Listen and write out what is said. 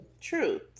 truth